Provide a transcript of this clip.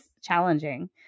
challenging